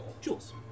Jules